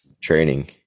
training